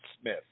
Smith